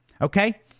Okay